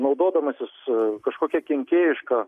naudodamasis kažkokia kenkėjiška